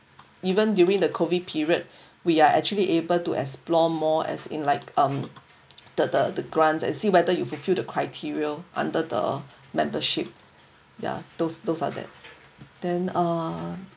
even during the COVID period we are actually able to explore more as in like um the the the grant and see whether you fulfil the criteria under the membership ya those those are that then uh